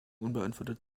unbeantwortet